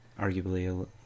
arguably